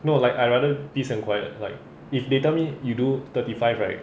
no like I rather peace and quiet like if they tell me you do thirty five right